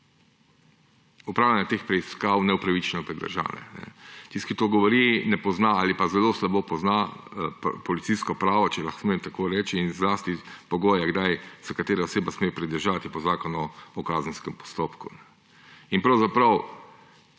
opravljanja teh preiskav, neupravičeno pridržane. Tisti, ki to govori, ne pozna ali pa zelo slabo pozna policijsko pravo, če smem tako reči, in zlasti pogoje, kdaj se katero osebo sme pridržati po Zakonu o kazenskem postopku. In pri